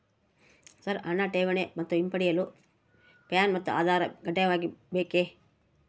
Sir ಹಣ ಠೇವಣಿ ಮತ್ತು ಹಿಂಪಡೆಯಲು ಪ್ಯಾನ್ ಮತ್ತು ಆಧಾರ್ ಕಡ್ಡಾಯವಾಗಿ ಬೇಕೆ?